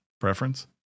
preference